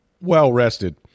well-rested